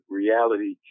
reality